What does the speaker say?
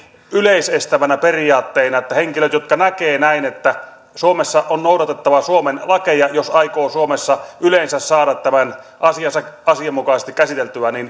yleisestävänä periaatteena että henkilöt näkevät näin että suomessa on noudatettava suomen lakeja jos aikoo suomessa yleensä saada tämän asiansa asianmukaisesti käsiteltyä